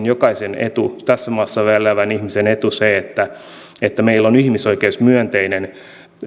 jokaisen tässä maassa elävän ihmisen etu että että meillä on ihmisoikeusmyönteinen